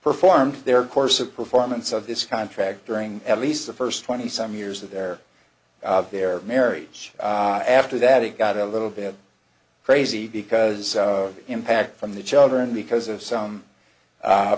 performed their course of performance of this contract during at least the first twenty some years of their of their marriage after that it got a little bit crazy because of the impact from the children because of some